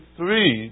three